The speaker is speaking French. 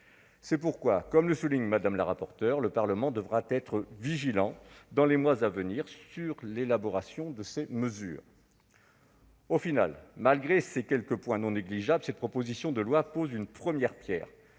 C'est pourquoi, comme l'a souligné Mme la rapporteure, le Parlement devra être vigilant dans les mois à venir sur l'élaboration de ces mesures. En définitive, malgré ces quelques points non négligeables, avec cette proposition de loi, le Parlement pose une première pierre